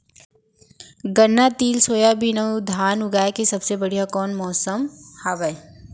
गन्ना, तिल, सोयाबीन अऊ धान उगाए के सबले बढ़िया कोन मौसम हवये?